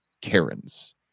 Karen's